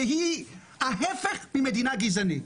שהיא ההפך ממדינה גזענית.